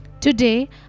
Today